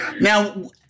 now